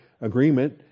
agreement